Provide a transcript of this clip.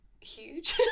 huge